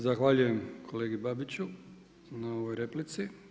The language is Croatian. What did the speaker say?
Zahvaljujem kolegi Babiću na ovoj replici.